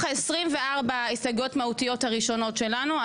24 הסתייגויות מהותיות הראשונות שלנו,